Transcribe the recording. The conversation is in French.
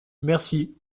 merci